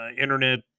internet